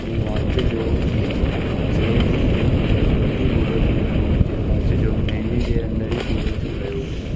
ऐं वॉच जो सेल जल्दी पूरो थी वियो मुंहिंजे वॉच जो महीने जे अंदरि ई पूरो थी वियो